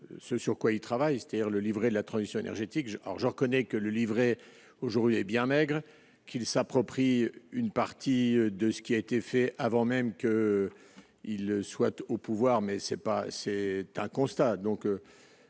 ce sur quoi il travaille, c'est-à-dire le livret de la transition énergétique j'alors je reconnais que le livret aujourd'hui hé bien maigre, qu'il s'approprie une partie de ce qui a été fait avant même qu'il souhaite au pouvoir mais c'est pas, c'est